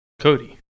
Cody